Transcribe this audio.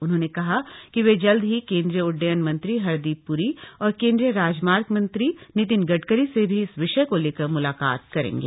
उन्होंने कहा कि वह जल्द ही केंद्रीय उड्डयन मंत्री हरदीप पुरी और केंद्रीय राजमार्ग मंत्री नितिन गडकरी से भी इस विषय को लेकर मुलाकात करेंगे